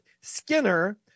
Skinner